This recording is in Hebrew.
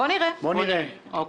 אוקיי,